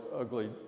ugly